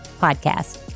podcast